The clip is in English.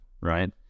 right